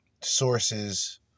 sources